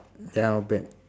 ya not bad